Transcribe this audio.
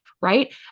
right